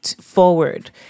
forward